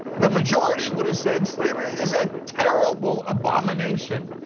the majority would've said slavery is a terrible abomination.